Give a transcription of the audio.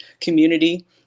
community